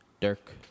Dirk